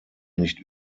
nicht